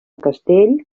castell